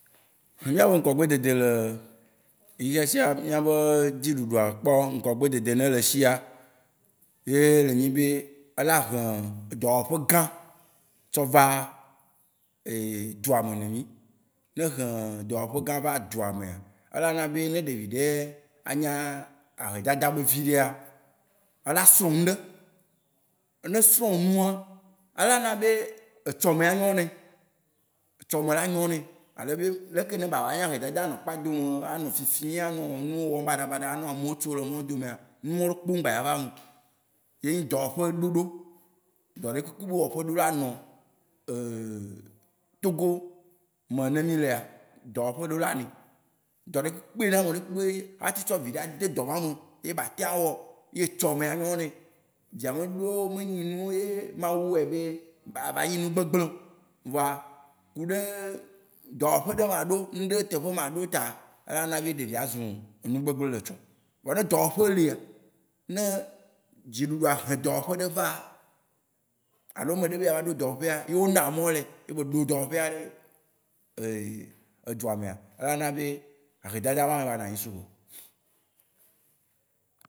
Mía be Ŋkɔ gbe dede le mía be dzi ɖuɖua kpɔ ŋgɔ gbe dede yi ne le eshia ye nyi be ela he edɔ wòƒe gã tsɔ va dua me ne mí. Ne ehe dɔwɔƒe gã va dua mea, ela na be ne ɖevi ɖe anyi ahedade be evi ɖea, ela srɔ̃ nuɖe. Ne esrɔ̃ nua, ela na be etsɔme anyo nɛ. Etsɔme anyo nɛ. Ale be leke ne be ava nyi ahedada anɔ kpa dome, anɔ fi fim, anɔ nuwo wɔm baɖa baɖa. anɔ amewo tso le mɔ domea, numawó ɖekpe mgba ya va eme oo. Ye nyi dɔwɔƒe ɖoɖo. Dɔ ɖe kpekpe be wɔƒe ɖo la nɔ Togo me yine mí lea. Dɔwɔƒe ɖo la nɛ. Dɔ ɖekpekpe yine ame ɖe kpekpe atsɔ vi ɖe ade dɔ ma me, ye be ate awɔ, ye etsɔme anyo nɛ. Via me me nyi nu ye Mawu wɔe be be ava nyi enu gble gble oo. Voa kuɖe dɔwɔƒe ɖe maɖo, nuɖe maɖo taa, ela na be ɖevia azũ enu gbegble le tsɔ. Vɔ ne dɔwɔƒe lia, ne dziɖuɖua hẽ dɔwɔƒe ɖe vaa, alo ame ɖe be yea ɖo dɔwɔƒea, yewó na mɔ lae, ye be ɖo dɔwɔƒea ɖe edua mea, ela na be ahe dada ma agba nɔ anyi sugbɔ wo.